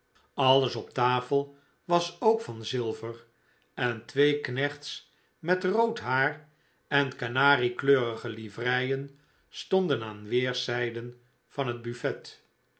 alles op tafel was ook van zilver en twee knechts met rood haar en kanariekleurige livreien stonden aan weerst zijden van het buffet